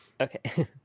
Okay